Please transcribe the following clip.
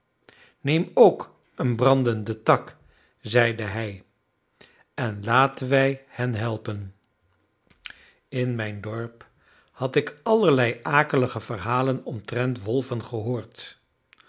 neem ook een brandenden tak zeide hij en laten we hen helpen in mijn dorp had ik allerlei akelige verhalen omtrent wolven gehoord